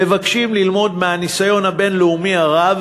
מבקשים ללמוד מהניסיון הבין-לאומי הרב